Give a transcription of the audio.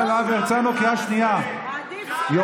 כאן 11. כאן 11. כאן 11. תמשיכו לעשות,